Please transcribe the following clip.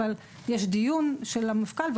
ויש דיון של המפכ"ל,